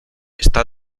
está